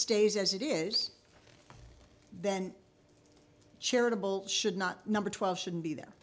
stays as it is then charitable should not number twelve shouldn't be there